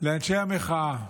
לאנשי המחאה